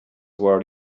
were